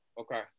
Okay